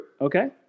Okay